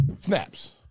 Snaps